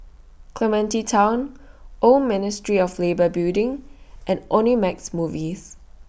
Clementi Town Old Ministry of Labour Building and Omnimax Movies